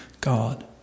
God